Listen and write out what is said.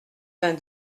vingt